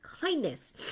kindness